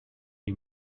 you